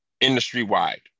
industry-wide